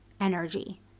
energy